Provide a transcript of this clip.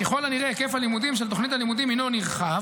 ככל הנראה היקף הלימודים של תוכנית הלימודים הינו נרחב